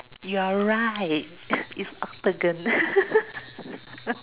you are right is octagon